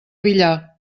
villar